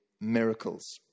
miracles